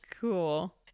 cool